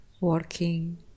working